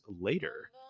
later